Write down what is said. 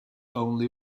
only